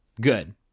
Good